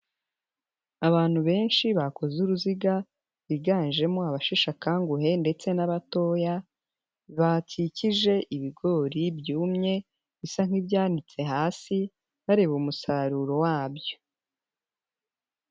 Abantu benshi bakoze uruziga, biganjemo abasheshakanguhe ndetse n'abatoya, bakikije ibigori byumye bisa nk'ibyanitse hasi, bareba umusaruro wabyo.